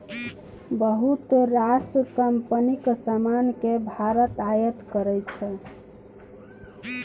बहुत रास कंपनीक समान केँ भारत आयात करै छै